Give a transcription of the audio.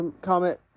comment